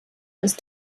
ist